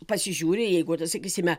pasižiūri jeigu sakysime